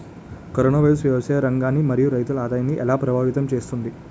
Corona virus వ్యవసాయ రంగాన్ని మరియు రైతుల ఆదాయాన్ని ఎలా ప్రభావితం చేస్తుంది?